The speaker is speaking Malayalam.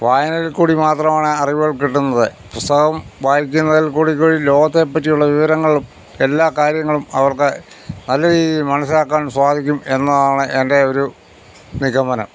വായനയിൽക്കൂടി മാത്രമാണ് അറിവുകൾ കിട്ടുന്നത് പുസ്തകം വായിക്കുന്നതിൽക്കൂടി കൂടി ലോകത്തെ പറ്റിയുള്ള വിവരങ്ങളും എല്ലാ കാര്യങ്ങളും അവർക്ക് നല്ല രീതിയിൽ മനസ്സിലാക്കാൻ സാധിക്കും എന്നതാണ് എന്റെ ഒരു നിഗമനം